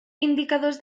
indicadors